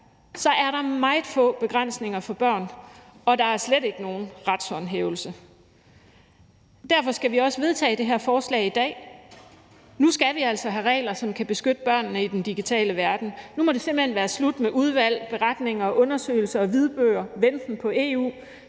er der meget få begrænsninger for børn, og der er slet ikke nogen retshåndhævelse. Derfor skal vi også vedtage det her forslag i dag. Nu skal vi altså have regler, som kan beskytte børnene i den digitale verden. Nu må det simpelt hen være slut med udvalg, beretninger, undersøgelser, hvidbøger og venten på EU.